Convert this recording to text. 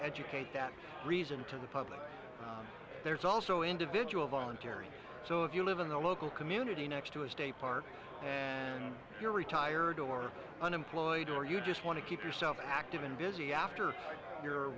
educate that reason to the public there's also individual voluntary so if you live in the local community next to a state park you're retired or unemployed or you just want to keep yourself active and busy after your